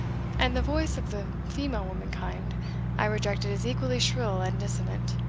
and the voice of the female womankind i rejected as equally shrill and dissonant